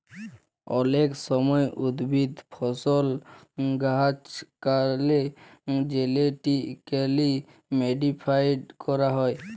অলেক সময় উদ্ভিদ, ফসল, গাহাচলাকে জেলেটিক্যালি মডিফাইড ক্যরা হয়